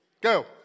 go